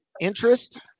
interest